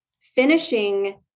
finishing